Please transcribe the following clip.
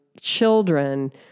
children